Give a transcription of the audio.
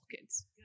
kids